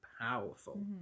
powerful